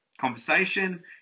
conversation